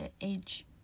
age